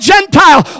Gentile